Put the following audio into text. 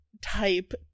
type